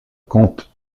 compte